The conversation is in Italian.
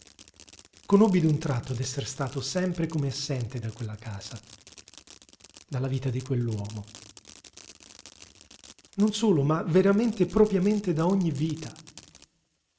io conobbi d'un tratto d'essere stato sempre come assente da quella casa dalla vita di quell'uomo non solo ma veramente e propriamente da ogni vita